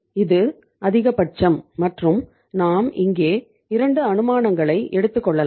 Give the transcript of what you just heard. இது அதிகபட்சம் மற்றும் நாம் இங்கே 2 அனுமானங்களை எடுத்துக் கொள்ளலாம்